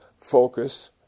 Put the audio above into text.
focus